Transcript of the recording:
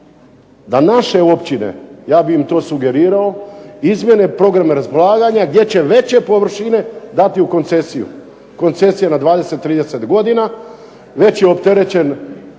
da naše općine, ja bi im to sugerirao, izmijene program razdvajanja, gdje će veće površine dati u koncesiju. Koncesija na 20, 30 godina, već je opterećen